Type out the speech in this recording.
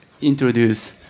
introduce